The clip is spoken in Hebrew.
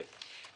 כן.